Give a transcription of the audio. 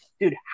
dude